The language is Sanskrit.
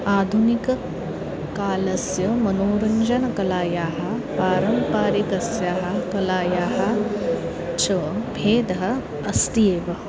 आधुनिककालस्य मनोरञ्जनकलायाः पारम्पारिककलायाः च भेदः अस्ति एव